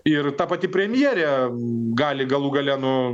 ir ta pati premjerė gali galų gale nu